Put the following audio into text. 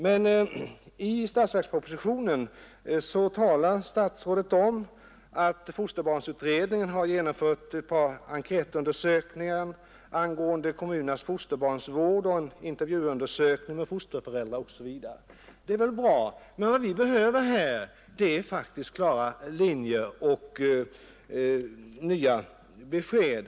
Men i statsverkspropositionen talar statsrådet om att fosterbarnsutredningen har genomfört ett par enkätundersökningar angående kommunernas fosterbarnsvård och en intervjuundersökning med fosterföräldrar m. m, Det är bra. Men vad som behövs är faktiskt klara linjer och nya besked.